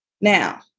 Now